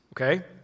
okay